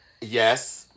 yes